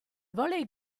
volley